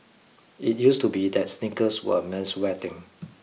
it used to be that sneakers were a menswear thing